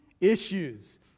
issues